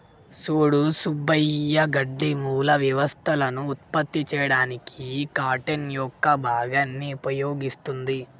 సూడు సుబ్బయ్య గడ్డి మూల వ్యవస్థలను ఉత్పత్తి చేయడానికి కార్టన్ యొక్క భాగాన్ని ఉపయోగిస్తుంది